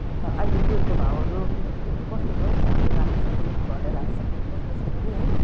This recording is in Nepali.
अन्त अहिले तेलको भाउहरू कस्तो कस्तो छ हौ बढेर आएको छ कि घटेर आएको छ कि कस्तो छ कुन्नि है